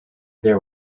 there